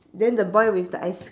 then the boy with the ice